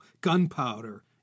gunpowder